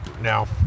now